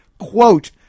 quote